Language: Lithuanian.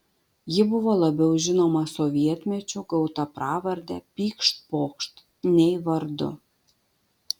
ji buvo labiau žinoma sovietmečiu gauta pravarde pykšt pokšt nei vardu